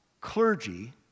clergy